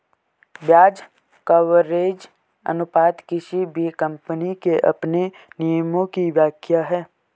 ब्याज कवरेज अनुपात किसी भी कम्पनी के अपने नियमों की व्याख्या है